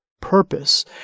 purpose